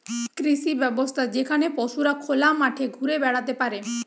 কৃষি ব্যবস্থা যেখানে পশুরা খোলা মাঠে ঘুরে বেড়াতে পারে